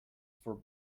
for